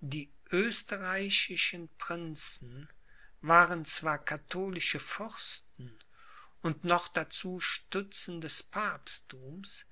die österreichischen prinzen waren zwar katholische fürsten und noch dazu stützen des papstthums